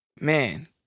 man